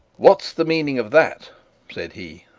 what's the meaning of that said he,